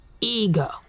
ego